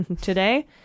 Today